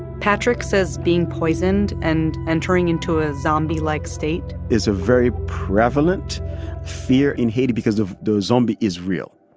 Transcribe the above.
patrick says being poisoned and entering into a zombie-like state. is a very prevalent fear in haiti because of the zombie is real.